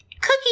Cookie